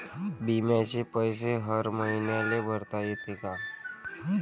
बिम्याचे पैसे हर मईन्याले भरता येते का?